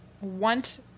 want